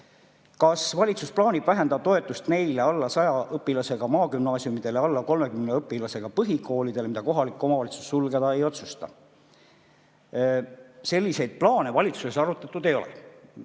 "Kas valitsus plaanib vähendada toetust neile alla 100 õpilasega maagümnaasiumidele ja alla 30 õpilasega põhikoolidele, mida kohalik omavalitsus sulgeda ei otsusta?" Selliseid plaane valitsuses arutatud ei ole.